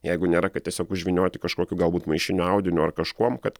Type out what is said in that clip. jeigu nėra kad tiesiog užvynioti kažkokiu galbūt maišiniu audiniu ar kažkuom kad